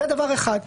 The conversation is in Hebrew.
זה דבר אחד.